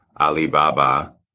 Alibaba